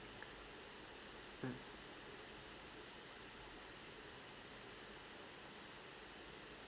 mm